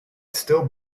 still